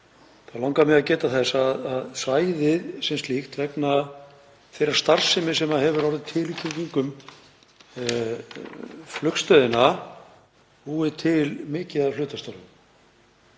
langar mig að geta þess að svæðið sem slíkt hefur, vegna þeirrar starfsemi sem hefur orðið til í kringum flugstöðina, búið til mikið af hlutastörfum.